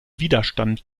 widerstand